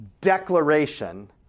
declaration